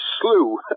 slew